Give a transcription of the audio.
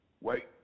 wait